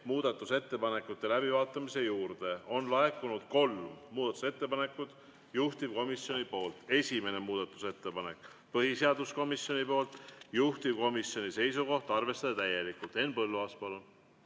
muudatusettepanekute läbivaatamise juurde. On laekunud kolm muudatusettepanekut juhtivkomisjonilt. Esimene muudatusettepanek on põhiseaduskomisjonilt, juhtivkomisjoni seisukoht on arvestada täielikult. Henn Põlluaas, palun!